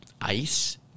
ice